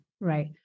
right